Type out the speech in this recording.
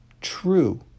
true